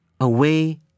away